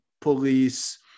police